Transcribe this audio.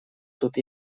тут